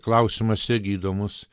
klausimas irgi įdomus